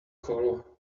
call